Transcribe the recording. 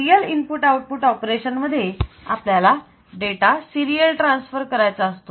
serial input output ऑपरेशनमध्ये आपल्याला data serial transfer करायचा असतो